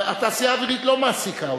התעשייה האווירית לא מעסיקה אותם,